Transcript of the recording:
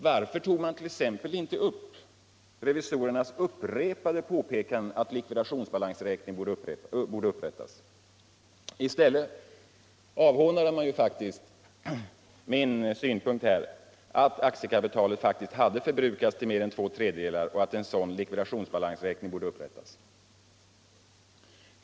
Varför tog man t.ex. inte upp revisorernas upprepade påpekanden att likvidationsbalansräkning borde upprättas? I stället avhånade man ju faktiskt min synpunkt att aktiekapitalet hade förbrukats till mer än två tredjedelar och att en likvidationsbalansräkning borde upprättas.